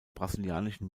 brasilianischen